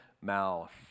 mouth